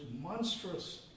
monstrous